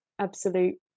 absolute